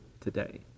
today